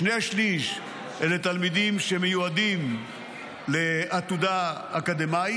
שני שלישים אלה תלמידים שמיועדים לעתודה אקדמית,